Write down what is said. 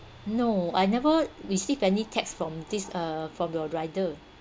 no I never received any text from this uh from your rider